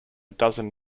dozen